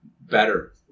Better